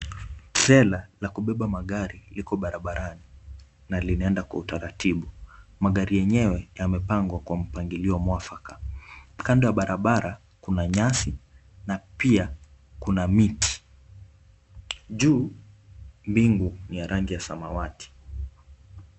Trela la kubeba magari liko barabarani na linaenda kwa utaratibu. Magari yenyewe yamepangwa kwa mpangilio mwafaka. Kando ya barabara kuna nyasi na pia kuna miti. Juu mbingu ni ya rangi ya samawati.